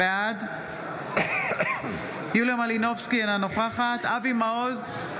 בעד יוליה מלינובסקי, אינה נוכחת אבי מעוז,